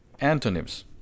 Antonyms